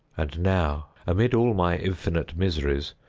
and now, amid all my infinite miseries,